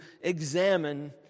examine